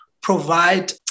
provide